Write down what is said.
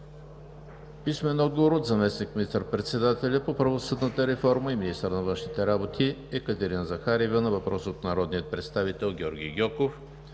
Желева; - заместник министър-председателя по правосъдната реформа и министър на външните работи Екатерина Захариева на въпрос от народния представител Георги Гьоков;